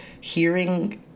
hearing